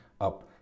up